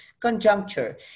conjuncture